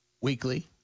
weekly